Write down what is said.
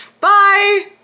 Bye